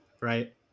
right